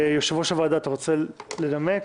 יושב-ראש הוועדה, רוצה לנמק,